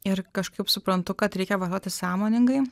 ir kažkaip suprantu kad reikia vartoti sąmoningai